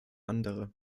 andere